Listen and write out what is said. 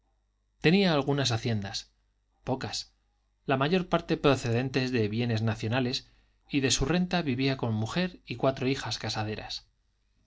tenía algunas haciendas pocas la mayor parte procedentes de bienes nacionales y de su renta vivía con mujer y cuatro hijas casaderas